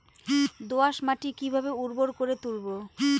দোয়াস মাটি কিভাবে উর্বর করে তুলবো?